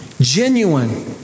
Genuine